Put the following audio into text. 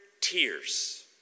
tears